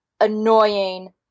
annoying